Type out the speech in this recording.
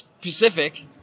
Pacific